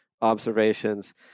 observations